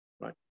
right